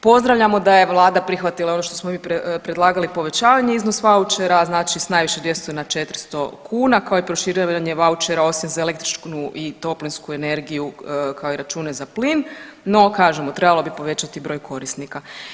Pozdravljamo da je vlada prihvatila ono što smo mi predlagali povećavanje iznos vaučera znači s najviše 200 na 400 kuna, kao i proširivanje vaučera osim za električnu i toplinsku energiju, kao i račune za plin, no kažemo trebalo bi povećati broj korisnika.